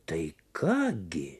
tai ką gi